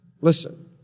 Listen